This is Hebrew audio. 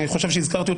אני חושב שהזכרתי,